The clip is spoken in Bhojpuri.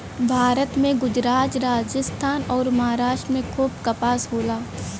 भारत में गुजरात, राजस्थान अउर, महाराष्ट्र में खूब कपास होला